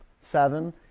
seven